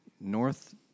north